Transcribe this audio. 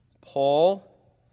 Paul